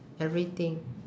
everything